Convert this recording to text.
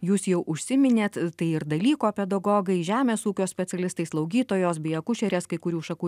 jūs jau užsiminėt tai ir dalyko pedagogai žemės ūkio specialistai slaugytojos bei akušerės kai kurių šakų